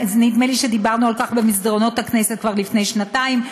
נדמה לי שדיברנו על כך במסדרונות הכנסת כבר לפני שנתיים,